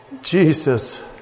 Jesus